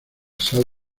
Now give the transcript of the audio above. sal